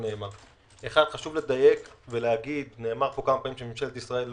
חשוב לדייק ולומר ממשלת ישראל,